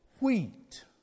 wheat